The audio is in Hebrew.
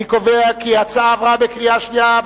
אני קובע כי ההצעה עברה בקריאה שנייה.